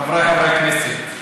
חבריי חברי הכנסת,